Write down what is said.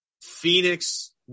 Phoenix